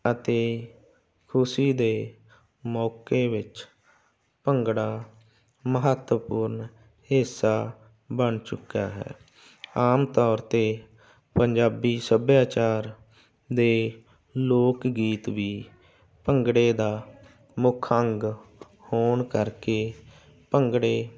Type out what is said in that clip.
ਅਤੇ ਖੁਸ਼ੀ ਦੇ ਮੌਕੇ ਵਿੱਚ ਭੰਗੜਾ ਮਹੱਤਵਪੂਰਨ ਹਿੱਸਾ ਬਣ ਚੁੱਕਿਆ ਹੈ ਆਮ ਤੌਰ 'ਤੇ ਪੰਜਾਬੀ ਸੱਭਿਆਚਾਰ ਦੇ ਲੋਕ ਗੀਤ ਵੀ ਭੰਗੜੇ ਦਾ ਮੁੱਖ ਅੰਗ ਹੋਣ ਕਰਕੇ ਭੰਗੜੇ